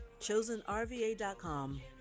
ChosenRVA.com